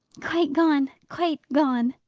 quite gone! quite gone!